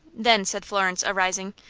then, said florence, arising,